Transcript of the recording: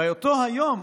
באותו היום,